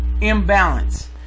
imbalance